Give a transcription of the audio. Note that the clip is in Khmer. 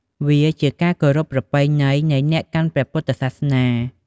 វាជាការគោរពប្រពៃណីនៃអ្នកកាន់សាសនាព្រះពុទ្ធ។